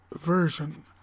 version